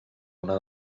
una